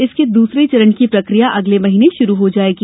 इसके दूसरे चरण की प्रक्रिया अगले महीने शुरू हो जायेगी